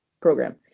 program